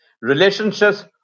Relationships